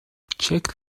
check